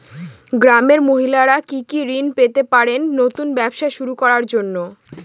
গ্রামের মহিলারা কি কি ঋণ পেতে পারেন নতুন ব্যবসা শুরু করার জন্য?